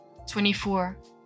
24